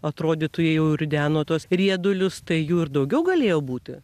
atrodytų jei jau rideno tuos riedulius tai jų ir daugiau galėjo būti